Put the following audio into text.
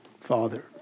Father